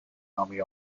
army